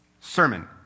Sermon